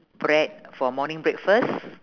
bread for morning breakfast